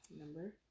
number